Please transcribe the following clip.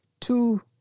Two